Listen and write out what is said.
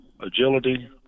agility